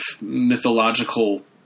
mythological